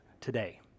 today